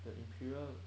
the imperial